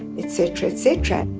etc. etc.